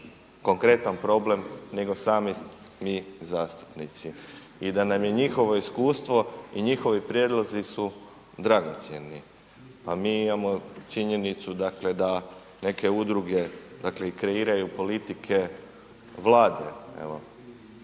konkretan problem nego sami mi zastupnici. I da nam je njihovo iskustvo i njihovi prijedlozi su dragocjeni. Pa mi imamo činjenicu dakle da neke udruge dakle i kreiraju politike Vlade